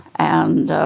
and